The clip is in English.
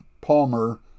Palmer